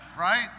right